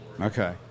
okay